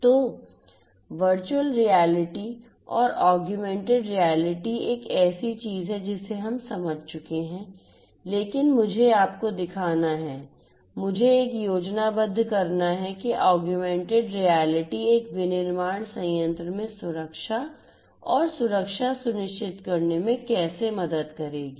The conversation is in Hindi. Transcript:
तो वर्चुअल रियलिटी और ऑगमेंटेड रियलिटी एक ऐसी चीज है जिसे हम समझ चुके हैं लेकिन मुझे आपको दिखाना है मुझे एक योजनाबद्ध करना है कि ऑगमेंटेड रियलिटी एक विनिर्माण संयंत्र में सुरक्षा और सुरक्षा सुनिश्चित करने में कैसे मदद करेगी